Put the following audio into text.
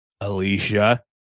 Alicia